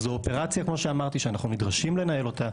זו אופרציה, כמו שאמרתי, שאנחנו נדרשים לנהל אותה.